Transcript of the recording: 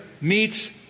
meets